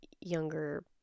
younger